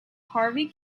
harvey